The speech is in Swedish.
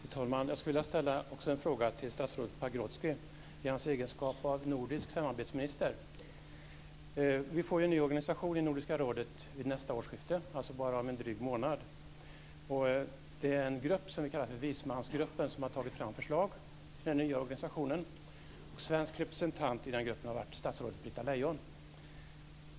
Fru talman! Jag skulle vilja ställa en fråga till statsrådet Pagrotsky i hans egenskap av minister för nordiskt samarbete. Vi får en ny organisation inom Nordiska rådet vid nästa årsskifte, dvs. om bara en dryg månad. Det är en grupp som vi kallar för vismansgruppen som har tagit fram förslag till ny organisation. Svensk representant i den gruppen har varit statsrådet Britta Lejon.